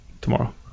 tomorrow